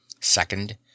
Second